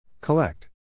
Collect